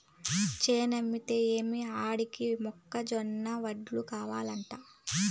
చేనేమైతే ఏమి ఆడికి మొక్క జొన్న వడలు కావలంట